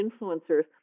influencers